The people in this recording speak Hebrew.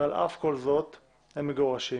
ועל אף כל זאת, הם מגורשים.